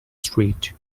street